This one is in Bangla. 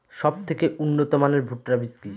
সবথেকে উন্নত মানের ভুট্টা বীজ কি?